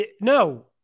No